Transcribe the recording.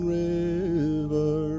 river